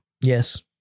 Yes